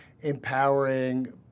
empowering